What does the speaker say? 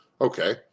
okay